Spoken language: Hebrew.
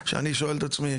כשאני שואל את עצמי,